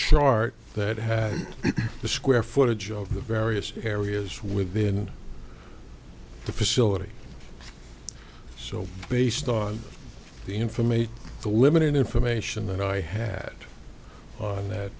chart that had the square footage of the various areas within the facility so based on the information the limited information that i had on that